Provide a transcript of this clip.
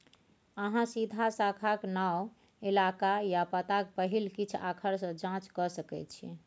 अहाँ सीधा शाखाक नाओ, इलाका या पताक पहिल किछ आखर सँ जाँच कए सकै छी